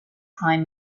prime